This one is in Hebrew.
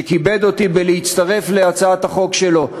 שכיבד אותי בהצטרפות להצעת החוק שלו,